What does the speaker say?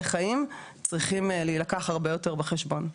חיים צריכים להילקח הרבה יותר בחשבון.